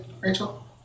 Rachel